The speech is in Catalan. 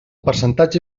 percentatge